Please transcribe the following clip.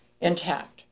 intact